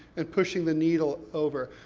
and pushing the needle over.